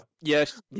Yes